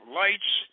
lights